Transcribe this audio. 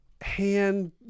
hand